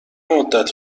مدت